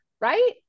right